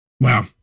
Wow